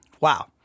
Wow